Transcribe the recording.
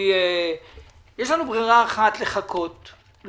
ברירה אחת היא לחכות,